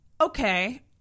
okay